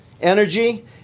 Energy